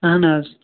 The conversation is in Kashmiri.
اَہَن حظ